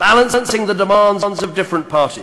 אני אפילו אומר לכם, הם גם יקשיחו את עמדתם,